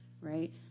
right